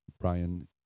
Brian